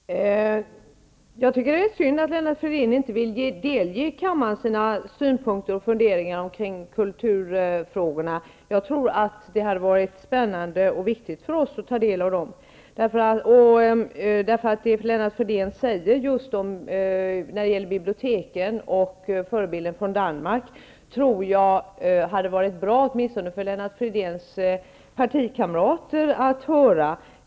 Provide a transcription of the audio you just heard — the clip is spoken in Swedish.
Fru talman! Jag tycker att det är synd att Lennart Fridén inte vill delge kammaren sina synpunkter och funderingar kring kulturfrågorna. Jag tror att det hade varit spännande och viktigt för oss att ta del av dem. Det som Lennart Fridén sade om biblioteken och förebilden från Danmark tror jag hade varit bra åtminstone för Lennart Fridéns partikamarater att höra.